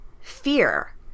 fear